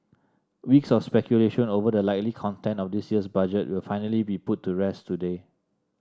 weeks of speculation over the likely content of this year's Budget will finally be put to rest today